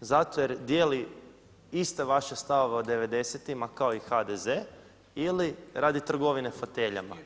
zato jer dijeli iste vaše stavove o '90.-tima kao i HDZ ili radi trgovine foteljama?